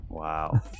Wow